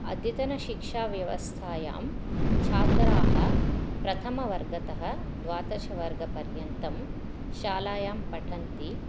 अद्यतन शिक्षाव्यवस्थायां छात्राः प्रथमवर्गतः द्वादशवर्गपर्यन्तं शालायां पठन्ति